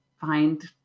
find